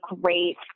great